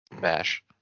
Bash